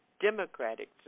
democratic